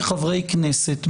כחברי כנסת,